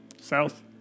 South